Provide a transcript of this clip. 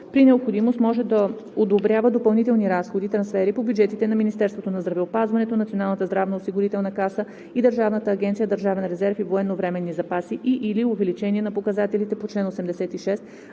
при необходимост може да одобрява допълнителни разходи/трансфери по бюджетите на Министерството на здравеопазването, Националната здравноосигурителна каса и Държавната агенция „Държавен резерв и военновременни запаси“ и/или увеличение на показателите по чл. 86,